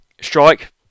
strike